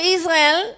Israel